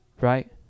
Right